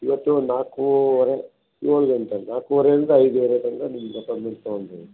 ಇವತ್ತು ನಾಲ್ಕುವರೆ ಏಳು ಗಂಟೆ ನಾಲ್ಕುವರೆಯಿಂದ ಐದುವರೆ ತನಕ ನಿಮ್ಮದು ಅಪ್ಪೋಯಿಂಟ್ಮೆಂಟ್ ತಗೊತಿನಿ